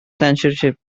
censorship